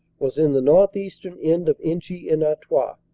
was in the northeastern end of inchy-en-artois.